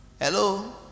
Hello